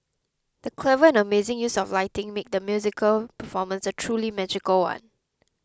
the clever and amazing use of lighting made the musical performance a truly magical one